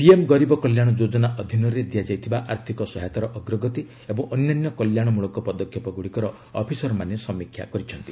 PM ଗରିବ କଲ୍ୟାଣ ଯୋଜନା ଅଧୀନରେ ଦିଆଯାଇଥିବା ଆର୍ଥିକ ସହାୟତାର ଅଗ୍ରଗତି ଏବଂ ଅନ୍ୟାନ୍ୟ କଲ୍ୟାଣମଳକ ପଦକ୍ଷେପଗ୍ରଡ଼ିକର ଅଫିସରମାନେ ସମୀକ୍ଷା କରିଛନ୍ତି